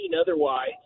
otherwise